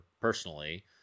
personally